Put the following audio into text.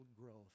growth